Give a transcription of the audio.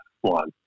one